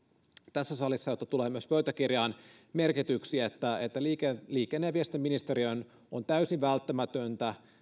tässä salissa jotta tulee myös pöytäkirjaan merkityksi että liikenne liikenne ja viestintäministeriön on täysin välttämätöntä